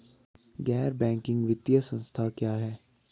गैर बैंकिंग वित्तीय संस्था क्या है?